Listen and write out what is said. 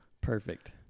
perfect